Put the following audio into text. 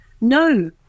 no